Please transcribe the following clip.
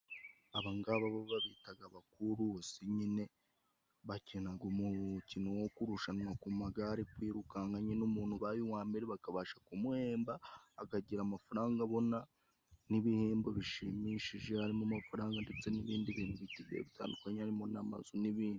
Aba ngaba bo babitaga abakurusi nyine, bakinaga umukino wo kurushanwa ku magare kwirukanka nyine n'umuntu ubaye uwa mbere bakabasha kumuhemba akagira amafaranga abona n'ibihembo bishimishije, harimo amafaranga ndetse n'ibindi bintu bigiye bitandukanye harimo n'amazu n'ibindi...